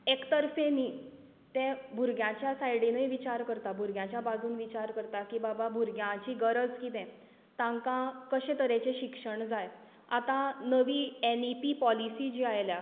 एकतर्फे न्ही तें भुरग्यांच्या सायडीनूय विचार करता भुरग्यांच्या बाजून विचार करता की बाबा भुरग्यांची गरज कितें तांकां कशे तरेचें शिक्षण जाय आतां नवी एन इ पी पाॅलीसी जी आयल्या